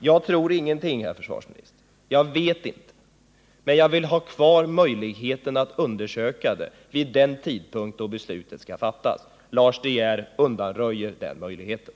Herr talman! Jag tror ingenting, herr försvarsminister, men jag vill ha kvar möjligheten att undersöka saken vid den tidpunkt då beslutet skall fattas. Lars De Geer undanröjer den möjligheten.